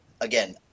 Again